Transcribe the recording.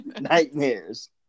nightmares